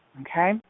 Okay